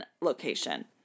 location